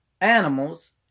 animals